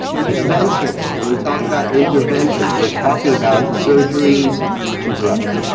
conventionally, when we talk about interventions, we're talking about surgeries and drugs.